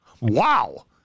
Wow